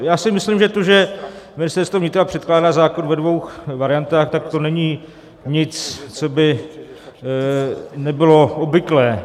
Já si myslím, že to, že Ministerstvo vnitra předkládá zákon ve dvou variantách, není nic, co by nebylo obvyklé.